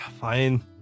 fine